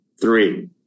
three